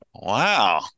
Wow